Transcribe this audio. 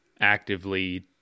actively